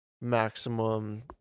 maximum